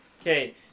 Okay